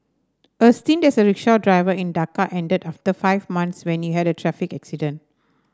a stint as a rickshaw driver in Dhaka ended after five months when he had a traffic accident